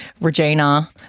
Regina